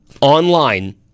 online